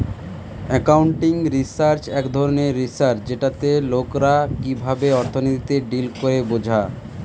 accounting research এক ধরণের research যেটাতে লোকরা কিভাবে অর্থনীতিতে ডিল করে বোঝা